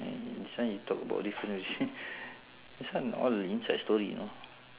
this one you talk about this you see this one all the inside story you know